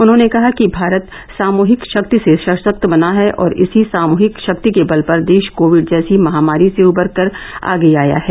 उन्होंने कहा कि भारत सामुहिक शक्ति से सशक्त बना है और इसी सामूहिक शक्ति के बल पर देश कोविड जैसी महामारी से उबरकर आगे आया है